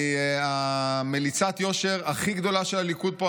אני מליצת היושר הכי גדולה של הליכוד פה,